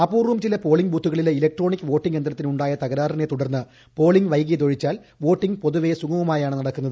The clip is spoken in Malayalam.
അപൂർവം ചില പോളിംഗ് ബൂ ത്തുകളിലെ ഇലക്ട്രോണിക് വോട്ടിംഗ് യന്ത്രത്തിന് ഉണ്ടായ തകരാറി നെ തുടർന്ന് പോളിംഗ് വൈകിയതൊഴിച്ചാൽ വോട്ടിംഗ് പൊതുവെ സുഗമമായാണ് നടക്കുന്നത്